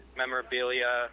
memorabilia